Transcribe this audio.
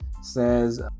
Says